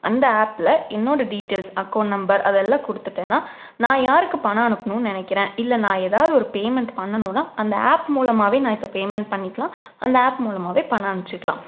அந்த ஆப்பில் என்னோட டீட்டைல்ஸ் அக்கோண்ட் நம்பர் அதெல்லாம் கொடுத்துட்டேன்னா நான் யாருக்கு பணம் அனுப்பணுன்னு நினைக்கிறேன் இல்லை நான் எதாவது ஒரு பேமண்ட் பண்ணனுன்னா அந்த ஆப் மூலமாகவே நான் இப்போ பேமண்ட் பண்ணிக்கலாம் அந்த ஆப் மூலமாகவே பணம் அனுப்பிச்சிக்கலாம்